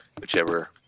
whichever